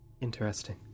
Interesting